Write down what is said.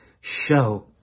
show